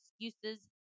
excuses